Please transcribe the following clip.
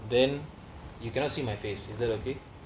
then you cannot see my face is that okay